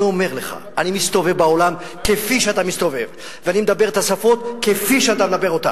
אני אומר לך שאני מסתובב בעולם, כפי שאתה מסתובב,